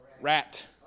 rat